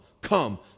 come